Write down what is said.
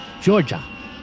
Georgia